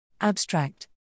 Abstract